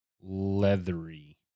leathery